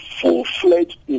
full-fledged